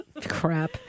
crap